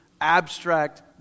abstract